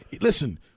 Listen